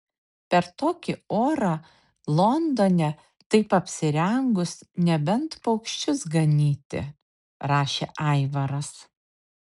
per tokį orą londone taip apsirengus nebent paukščius ganyti rašė aivaras